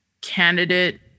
candidate